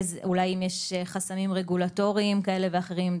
אולי יש חסמים רגולטוריים כאלה ואחרים,